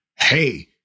Hey